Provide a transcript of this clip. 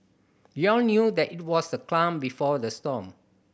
we all knew that it was the calm before the storm